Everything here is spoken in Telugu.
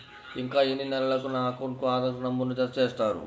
ఇంకా ఎన్ని నెలలక నా అకౌంట్కు ఆధార్ నంబర్ను జత చేస్తారు?